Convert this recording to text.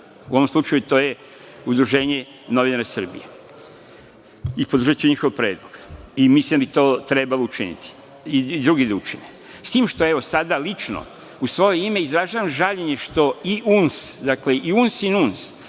U ovom slučaju, to je Udruženje novinara Srbije i podržaću njihov predlog. Mislim da bi to trebalo i drugi da učine.S tim, što evo, sada lično u svoje ime, izražavam žaljenje što i UNS i NUNS nisu